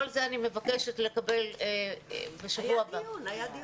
אני מבקשת לקבל בשבוע הבא נתונים בכל הנושאים האלה.